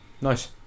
Nice